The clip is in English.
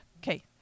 okay